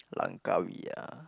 Langkawi ah